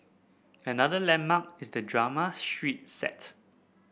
another landmark is the drama street set